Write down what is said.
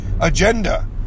agenda